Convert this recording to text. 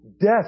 Death